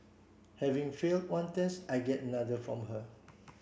having failed one test I get another from her